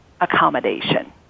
accommodation